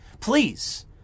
Please